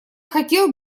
хотел